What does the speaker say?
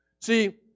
see